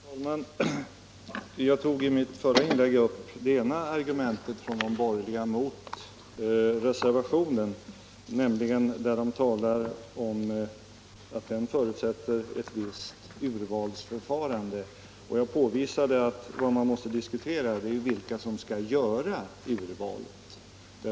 Herr talman! Jag tog i mitt förra inlägg upp det ena argumentet från de borgerliga mot reservationen, nämligen när de talar om att den förutsätter ett visst urvalsförfarande. Jag påvisade att vad man måste diskutera är vilka som skall göra urvalet.